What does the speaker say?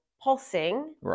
pulsing